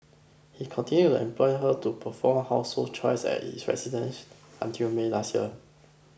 he continued to employ her to perform household chores at his residence until May last year